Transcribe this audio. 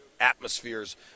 atmospheres